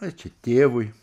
ai čia tėvui